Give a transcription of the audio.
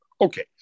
Okay